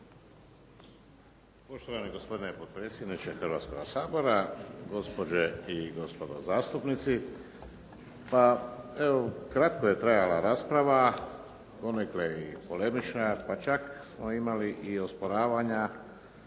Poštovani gospodine potpredsjedniče Hrvatskoga sabora, gospođe i gospodo zastupnici. Pa, evo kratko je trajala rasprava, donekle i polemična, pa čak smo imali i osporavanja